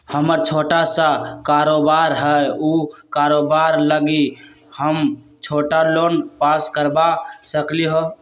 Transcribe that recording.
हमर छोटा सा कारोबार है उ कारोबार लागी हम छोटा लोन पास करवा सकली ह?